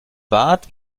bart